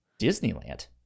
disneyland